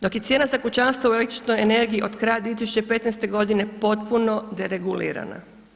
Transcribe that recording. Dok je cijena za kućanstva u električnoj energiji od kraja 2015. godine potpuno deregulirana.